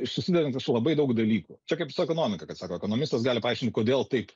susidedant iš labai daug dalykų čia kaip su ekonomika kad sako ekonomistas gali paaiškint kodėl taip